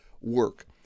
work